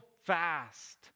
fast